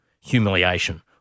humiliation